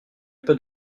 pas